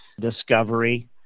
discovery